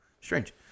strange